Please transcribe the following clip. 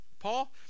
Paul